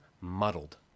muddled